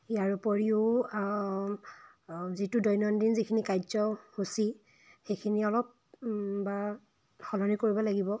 ইয়াৰ উপৰিও যিটো দৈনন্দিন যিখিনি কাৰ্যসূচী সেইখিনি অলপ বা সলনি কৰিব লাগিব